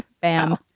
Bam